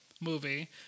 movie